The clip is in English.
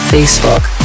Facebook